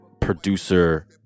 producer